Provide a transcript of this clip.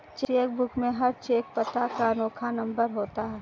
check book में हर cheque पता का अनोखा नंबर होता है